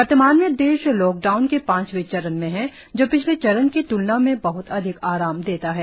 वर्तमान में देश लॉकडाउन के पांचवें चरण में है जो पिछले चरण की तूलना में बह्त अधिक आराम देता है